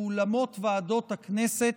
באולמות ועדות הכנסת,